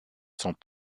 sont